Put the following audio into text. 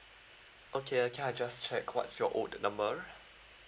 okay ah can I just check what's your old number